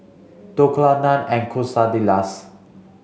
Dhokla Naan and Quesadillas